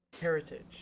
heritage